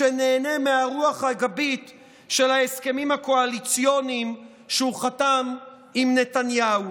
שנהנה מהרוח הגבית של ההסכמים הקואליציוניים שהוא חתם עם נתניהו.